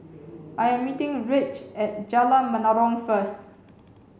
I am meeting Rich at Jalan Menarong first